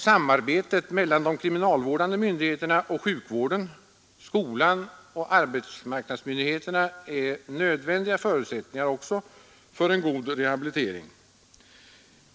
Samarbetet mellan de kriminalvårdande myndigheterna och sjukvården, skolan och arbetsmarknadsmyndigheterna är också nödvändiga förutsättningar för en god rehabilitering.